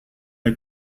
der